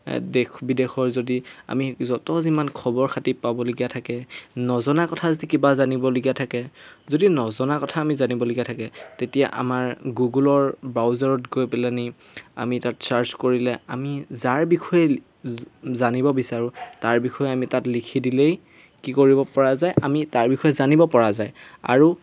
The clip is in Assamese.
দেশ বিদেশৰ যদি আমি য'ত যিমান খবৰ খাতি পাবলগীয়া থাকে নজনা কথা যদি কিবা জানিবলগীয়া থাকে যদি নজনা কথা আমি জানিবলগীয়া থাকে তেতিয়া আমাৰ গুগলৰ ব্ৰাউজাৰত গৈ পেলাই নি আমি তাত ছাৰ্চ কৰিলে আমি যাৰ বিষয়ে জানিব বিচাৰোঁ তাৰ বিষয়ে আমি তাত লিখি দিলেই কি কৰিব পৰা যায় আমি তাৰ বিষয়ে জানিব পৰা যায় আৰু